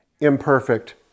imperfect